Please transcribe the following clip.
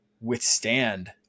withstand